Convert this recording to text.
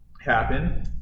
happen